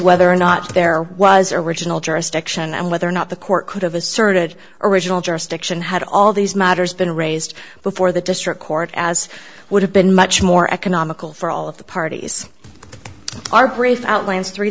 whether or not there was original jurisdiction and whether or not the court could have asserted original jurisdiction had all these matters been raised before the district court as would have been much more economical for all of the parties are brief outlands three